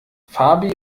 fabi